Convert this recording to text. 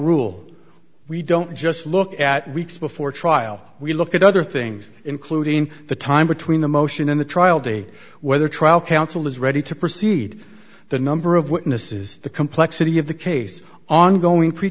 rule we don't just look at weeks before trial we look at other things including the time between the motion and the trial day whether trial counsel is ready to proceed the number of witnesses the complexity of the case ongoing